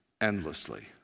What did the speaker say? Endlessly